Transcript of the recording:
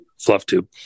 Flufftube